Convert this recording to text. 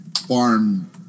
farm